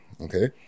Okay